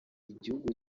igihugu